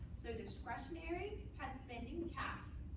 so discretionary has spending caps.